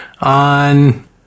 on